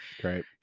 great